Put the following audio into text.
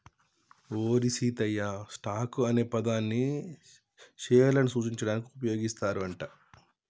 ఓరి సీతయ్య, స్టాక్ అనే పదాన్ని పేర్లను సూచించడానికి ఉపయోగిస్తారు అంట